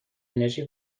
انرژی